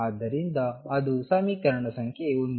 ಆದ್ದರಿಂದ ಅದು ಸಮೀಕರಣದ ಸಂಖ್ಯೆ 1